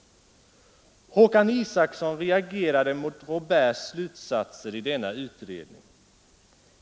Håkan Isacson reagerade mot Robérts slutsatser i denna utredning.